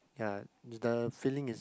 ya the feeling is